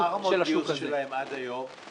יואב, מה רמות הגיוס שלהם עד היום?